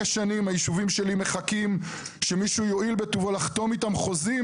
שנים היישובים שלי מחכים שמישהו יואיל בטובו לחתום איתם חוזים,